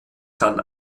kann